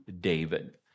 David